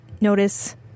notice